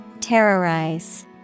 Terrorize